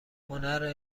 هنر